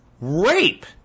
Rape